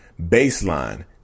baseline